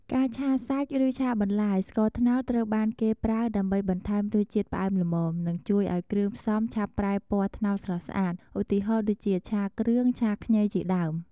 ការឆាសាច់ឬឆាបន្លែ ស្ករត្នោតត្រូវបានគេប្រើដើម្បីបន្ថែមរសជាតិផ្អែមល្មម និងជួយឱ្យគ្រឿងផ្សំឆាប់ប្រែពណ៌ត្នោតស្រស់ស្អាត ឧទាហរណ៍ដូចជា ឆាគ្រឿង ឆាខ្ញី ជាដើម។